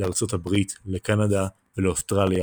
לארצות הברית, לקנדה ולאוסטרליה